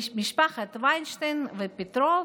משפחות ויינשטיין ופטרוב,